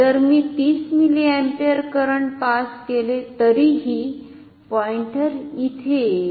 जर मी 30 milliampere current pass केले तरीही पॉइंटर इथे येईल